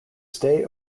stay